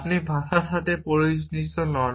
আপনি ভাষার সাথে পরিচিত নন